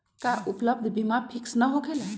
का उपलब्ध बीमा फिक्स न होकेला?